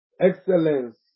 Excellence